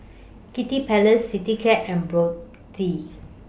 Kiddy Palace Citycab and Brotzeit